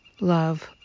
love